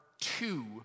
two